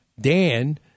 Dan